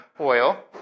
oil